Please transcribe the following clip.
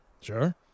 Sure